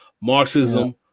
Marxism